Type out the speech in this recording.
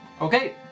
Okay